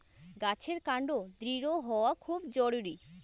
গাছের কান্ড দৃঢ় হওয়া খুব জরুরি